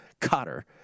Cotter